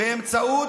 פעילות טרור,